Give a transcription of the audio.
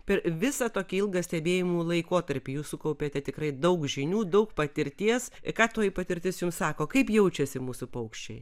per visą tokį ilgą stebėjimų laikotarpį jūs sukaupiate tikrai daug žinių daug patirties ką toji patirtis jums sako kaip jaučiasi mūsų paukščiai